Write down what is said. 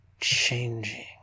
changing